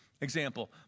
Example